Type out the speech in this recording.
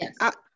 Yes